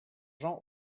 jean